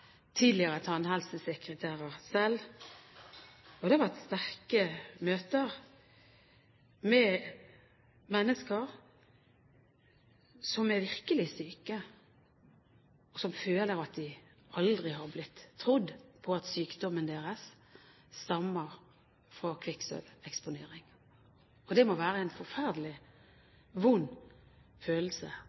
tidligere tannhelsesekretærer selv, og det har vært sterke møter med mennesker som er virkelig syke, og som føler at de aldri har blitt trodd på at sykdommen deres stammer fra kvikksølveksponering. Det må være en forferdelig vond følelse